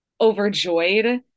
overjoyed